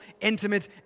intimate